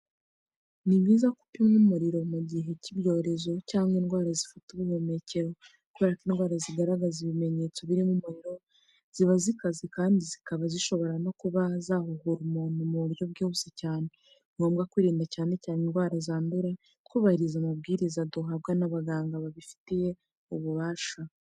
Ni byiza ko upimwa umuriro mu gihe cy'ibyorezo cyangwa indwara zifata ubuhomekero, kubera ko indwara zigaragaza ibimenyetso birimo umuriro, ziba zikaze kandi zikaba zishobora no kuba zahuhura umuntu mu buryo bwihuse cyane. Ni ngombwa kwirinda cyane cyane indwara zandura twubahiriza amabwiriza duhabwa n'abaganga babifitiye ububasha.